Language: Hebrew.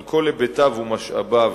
על כל היבטיו ומשאביו,